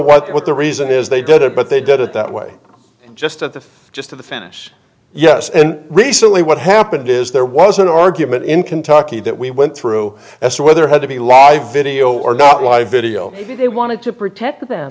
what the reason is they did it but they did it that way just at the just to the finish yes and recently what happened is there was an argument in kentucky that we went through as to whether had to be live video or not live video if they wanted to protect them